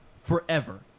forever